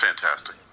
fantastic